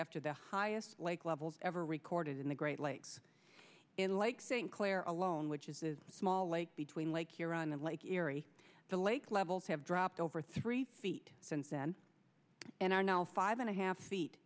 after the highest levels ever recorded in the great lakes in lake st clair alone which is the small lake between lake huron the lake erie the lake levels have dropped over three feet since then and are now five and a half feet